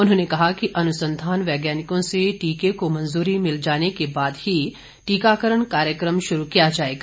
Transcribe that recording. उन्होंने कहा कि अनुसंधान वैज्ञानिकों से टीके को मंजूरी मिल जाने के बाद ही टीकाकरण कार्यक्रम शुरू किया जाएगा